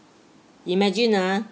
imagine ah